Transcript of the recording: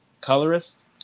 Colorist